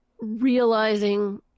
realizing